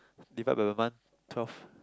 divide by month twelve